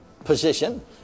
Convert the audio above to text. position